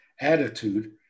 attitude